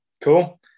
cool